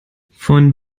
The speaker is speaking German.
von